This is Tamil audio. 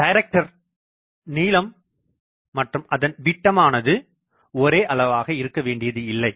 டைரக்டர் நீளம் மற்றும் அதன் விட்டம் ஆனது ஒரேஅளவாக இருக்க வேண்டியது இல்லை